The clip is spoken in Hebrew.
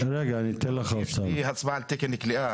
ראש, יש לי הצבעה על תקן כליאה.